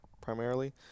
primarily